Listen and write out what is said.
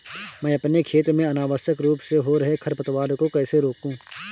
मैं अपने खेत में अनावश्यक रूप से हो रहे खरपतवार को कैसे रोकूं?